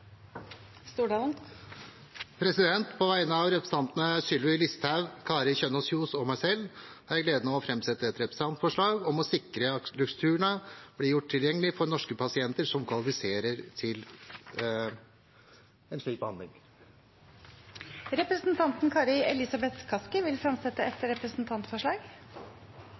På vegne av representantene Sylvi Listhaug, Kari Kjønaas Kjos og meg selv har jeg gleden av å framsette et representantforslag om å sikre at Luxturna blir gjort tilgjengelig for norske pasienter som kvalifiserer til en slik behandling. Representanten Kari Elisabeth Kaski vil fremsette et representantforslag.